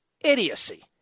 idiocy